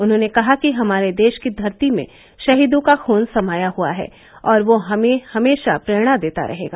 उन्होंने कहा कि हमारे देश की धरती में शहीदों का खून समाया हुआ है और वह हमें हमेशा प्रेरणा देता रहेगा